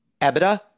EBITDA